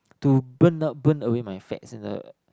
to burn up burn away my fats in the